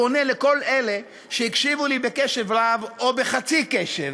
פונה לכל אלה שהקשיבו לי בקשב רב או בחצי קשב,